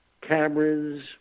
cameras